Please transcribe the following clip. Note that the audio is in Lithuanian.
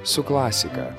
su klasika